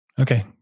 Okay